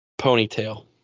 ponytail